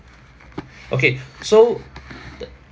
okay so the